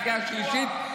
קריאה שלישית,